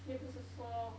又不是说